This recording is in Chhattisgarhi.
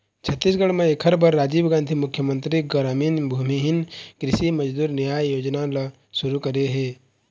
छत्तीसगढ़ म एखर बर राजीव गांधी मुख्यमंतरी गरामीन भूमिहीन कृषि मजदूर नियाय योजना ल सुरू करे हे